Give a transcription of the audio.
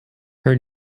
her